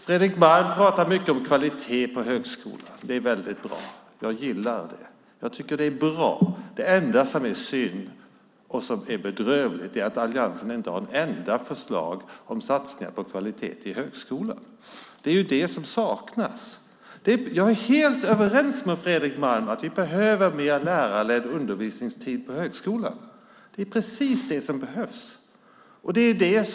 Fredrik Malm talar mycket om kvalitet på högskolan. Det är väldigt bra. Jag gillar det. Jag tycker att det är bra. Det enda som är synd och bedrövligt är att alliansen inte har ett enda förslag om satsningar på kvalitet i högskolan. Det är vad som saknas. Jag är helt överens med Fredrik Malm om att vi behöver mer lärarledd undervisningstid på högskolan. Det är precis vad som behövs.